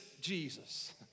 Jesus